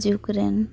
ᱡᱩᱠ ᱨᱮᱱ